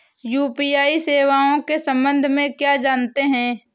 UPI सेवाओं के संबंध में क्या जानते हैं?